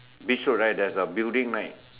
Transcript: beach road right there's a building right